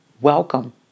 Welcome